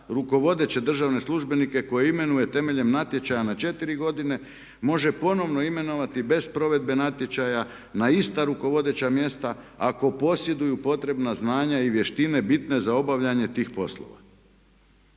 rukovodeće državne službenike koje imenuje temeljem natječaja na četiri godine može ponovno imenovati bez provedbe natječaja na ista rukovodeća mjesta ako posjeduju potrebna znanja i vještine bitne za obavljanje tih poslova.